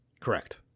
correct